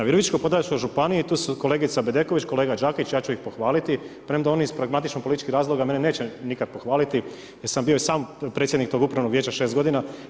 U Virovitičko-podravskoj županiji tu su kolegica Bedeković, kolega Đakić, ja ću ih pohvaliti, premda oni iz pragmatično-političkih razloga mene neće nikad pohvaliti jer sam bio i sam predsjednik tog Upravnog vijeća šest godina.